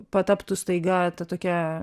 pataptų staiga ta tokia